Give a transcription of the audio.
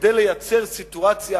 כדי לייצר סיטואציה